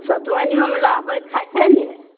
सतुआइनियोमे लहबे खाइ छै ने